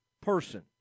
person